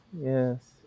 Yes